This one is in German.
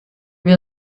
wir